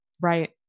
Right